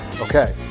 Okay